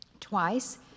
Twice